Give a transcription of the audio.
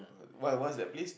what what's that place